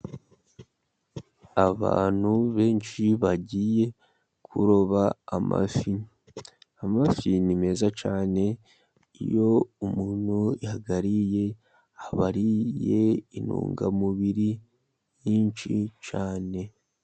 Abantu benshi bagiye kuroba amafi, amafi ni meza cyane, iyo umuntu ayariye aba ariye intungamubiri nyinshi cyane.